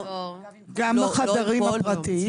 גם בחדרים הפרטיים?